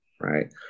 right